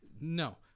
No